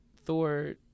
thor